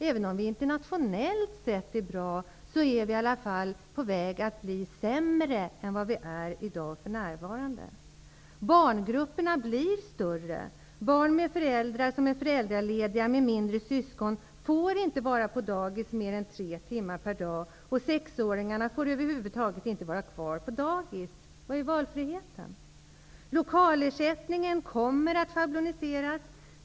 Även om vi internationellt sett är bra, är vi på väg att bli sämre än vad vi är i dag. Barngrupperna blir större. Barn med föräldrar som är föräldralediga med mindre syskon får inte vara på dagis mer än tre timmar per dag. 6-åringarna får över huvud taget inte vara kvar på dagis. Vad är valfriheten? Lokalersättningen kommer att schabloniseras.